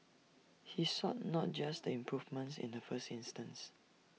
he sought not just the improvements in the first instance